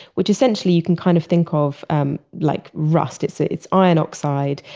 which essentially you can kind of think ah of um like rust. it's ah it's iron oxide.